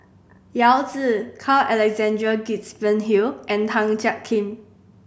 Yao Zi Carl Alexander Gibson Hill and Tan Jiak Kim